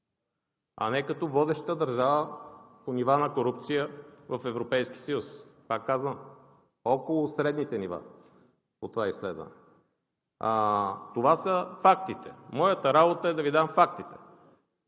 а не като водеща държава по нива на корупция в Европейския съюз. Пак казвам, около средните нива сме по това изследване. Това са фактите. Моята работа е да Ви дам фактите,